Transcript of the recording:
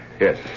Yes